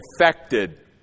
affected